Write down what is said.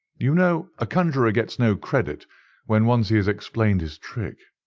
you know a conjuror gets no credit when once he has explained his trick,